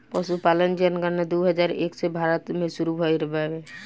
पसुपालन जनगणना दू हजार एक से भारत मे सुरु भइल बावे